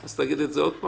ליתן, לתת.